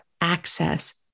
access